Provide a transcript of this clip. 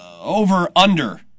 over-under